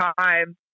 time